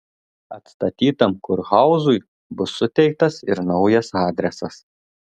atstatytam kurhauzui bus suteiktas ir naujas adresas